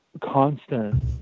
constant